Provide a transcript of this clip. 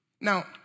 Now